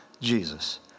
Jesus